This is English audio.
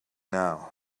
now